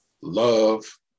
love